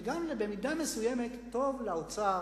ובמידה מסוימת טוב לאוצר